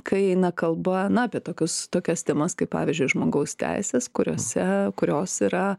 kai eina kalba na apie tokius tokias temas kaip pavyzdžiui žmogaus teisės kuriose kurios yra